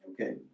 okay